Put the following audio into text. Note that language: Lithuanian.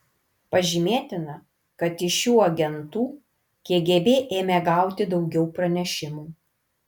pažymėtina kad iš šių agentų kgb ėmė gauti daugiau pranešimų